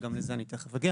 שגם לזה אני אגיע בהמשך,